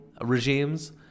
regimes